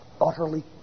utterly